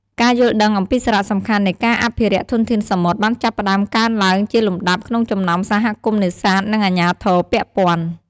ការយល់ដឹងអំពីសារៈសំខាន់នៃការអភិរក្សធនធានសមុទ្របានចាប់ផ្តើមកើនឡើងជាលំដាប់ក្នុងចំណោមសហគមន៍នេសាទ និងអាជ្ញាធរពាក់ព័ន្ធ។